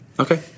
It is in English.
Okay